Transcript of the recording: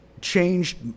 changed